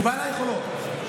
מקובל עלייך או לא?